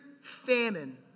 famine